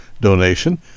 donation